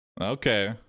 Okay